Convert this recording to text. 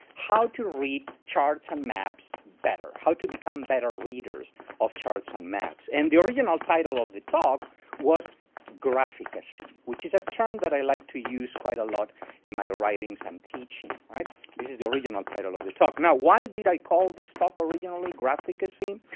how to read charts and maps better. how to become better readers of charts and maps. and the original title of the talk was graphicacy, which is a term that i like to use quite a lot in my writings and teaching. this is the original title of the talk. now why did i call the stock originally graphicacy?